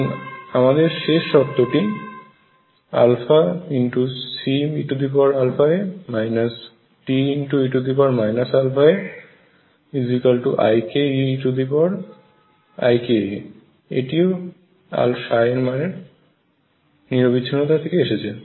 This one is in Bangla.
এবং আমাদের শেষ শর্তটি C eαa D e αaik E eika এতিও ψ এর মানের নিরবিচ্ছিন্নতা থাকে এসেছে